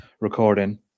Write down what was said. recording